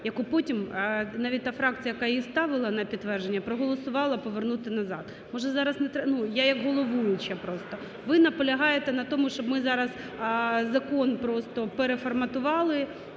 яку потім навіть та фракція, яка її ставила на підтвердження, проголосувала повернути назад. Може, зараз… Ну, як головуюча просто. Ви наполягаєте на тому, щоб ми зараз закон просто переформатували